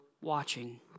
watching